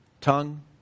Tongue